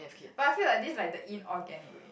but I feel like this like the inorganic way